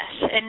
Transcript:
yes